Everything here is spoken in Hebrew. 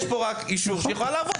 יש כאן רק אישור שהיא יכולה לעבוד.